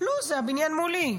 לא, זה הבניין מולי.